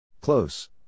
Close